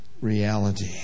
reality